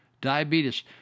diabetes